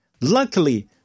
Luckily